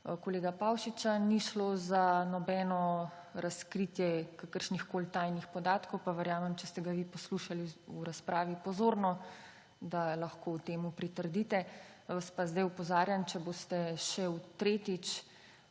kolega Pavšiča ni šlo za nobeno razkritje kakršnihkoli tajnih podatkov, pa verjamem, če ste ga vi pozorno poslušali v razpravi, da lahko temu pritrdite. Vas pa zdaj opozarjam, če boste še tretjič